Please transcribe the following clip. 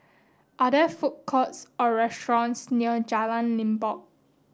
are there food courts or restaurants near Jalan Limbok